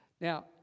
Now